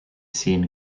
seen